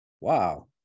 Wow